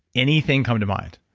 anything come into mind?